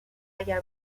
اگر